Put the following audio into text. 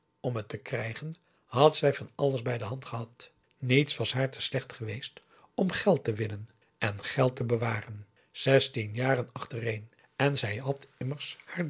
om het te krijgen had zij van alles bij de hand gehad niets was haar te slecht geweest om geld te winnen en geld te bewaren zestien jaren achtereen en zij had immers